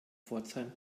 pforzheim